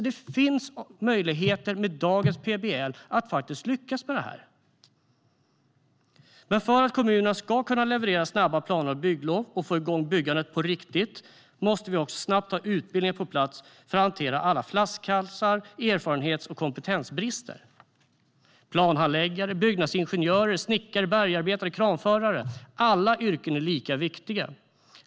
Det finns med dagens PBL möjligheter att lyckas med det här. Men för att kommunerna ska kunna leverera snabba planer och bygglov och få igång byggandet på riktigt måste vi snabbt ha utbildningar på plats för att hantera alla flaskhalsar, erfarenhetsbrister och kompetensbrister. Planhandläggare, byggnadsingenjörer, snickare, bergarbetare och kranförare - alla yrken är lika viktiga.